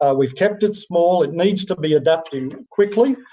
ah we've kept it small it needs to be adapting quickly.